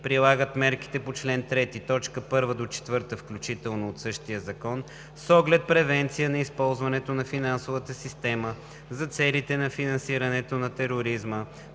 прилагат мерките по чл. 3, т. 1 – 4 от същия закон с оглед превенция на използването на финансовата система за целите на финансирането на тероризма